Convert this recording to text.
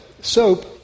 Soap